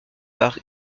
par